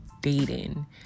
dating